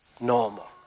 normal